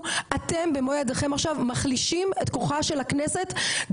אתם באתם מהבית עם איזו שהיא אמירה, שמה